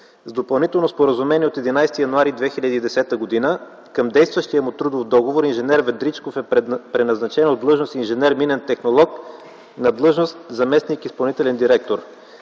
с допълнително споразумение от 11 януари 2010 г. към действащия му трудов договор инженер Ведричков е преназначен от длъжност инженер минен технолог на длъжност заместник-изпълнителен директор.